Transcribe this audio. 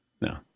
No